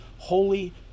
Holy